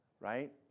right